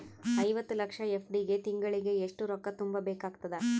ಐವತ್ತು ಲಕ್ಷ ಎಫ್.ಡಿ ಗೆ ತಿಂಗಳಿಗೆ ಎಷ್ಟು ರೊಕ್ಕ ತುಂಬಾ ಬೇಕಾಗತದ?